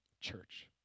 church